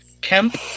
Kemp